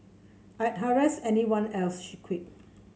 I'd harass everyone else she quipped